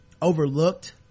overlooked